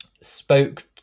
Spoke